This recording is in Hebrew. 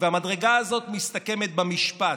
והמדרגה הזאת מסתכמת במשפט: